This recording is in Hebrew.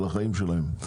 על החיים שלהם.